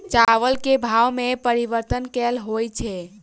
चावल केँ भाव मे परिवर्तन केल होइ छै?